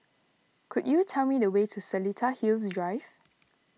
could you tell me the way to Seletar Hills Drive